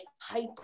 hyper